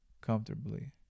comfortably